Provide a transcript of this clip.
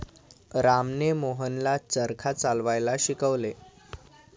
रामने मोहनला चरखा चालवायला शिकवले